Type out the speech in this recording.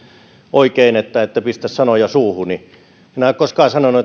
oikein että ette pistä sanoja suuhuni minä en ole koskaan sanonut